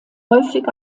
häufig